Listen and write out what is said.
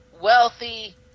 wealthy